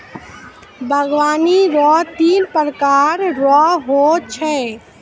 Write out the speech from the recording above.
बागवानी रो तीन प्रकार रो हो छै